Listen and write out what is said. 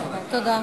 תודה.